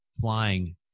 flying